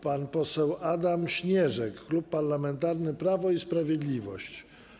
Pan poseł Adam Śnieżek, Klub Parlamentarny Prawo i Sprawiedliwość.